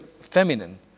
feminine